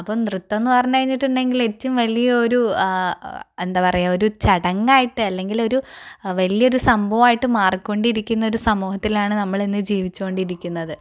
അപ്പം നൃത്തം എന്ന് പറഞ്ഞ് കഴിഞ്ഞിട്ടുണ്ടെങ്കില് ഏറ്റവും വലിയൊരു എന്താ പറയുക ഒരു ചടങ്ങായിട്ട് അല്ലങ്കിൽ ഒരു വലിയൊരു സംഭവമായിട്ട് മാറികൊണ്ടിരിക്കുന്നൊരു സമൂഹത്തിലാണ് നമ്മള് ഇന്ന് ജീവിച്ചുകൊണ്ടിരിക്കുന്നത്